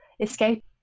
escape